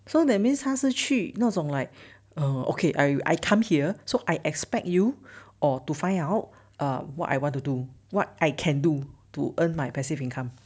so that means 他是去那种 like uh okay I I come here so I expect you or to find out what I want to do what I can do to earn my passive income